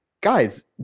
guys